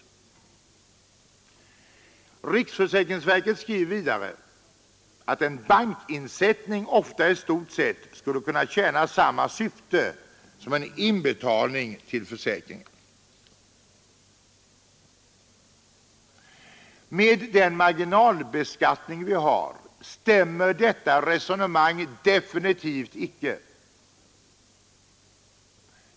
Riksförsäkringsverket skriver vidare att en bankinsättning ofta i stort sett skulle kunna tjäna samma syfte som en inbetalning till försäkring. Med den marginalbeskattning vi har stämmer detta resonemang definitivt icke.